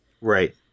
Right